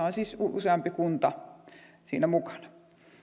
on siis useampi kunta mukana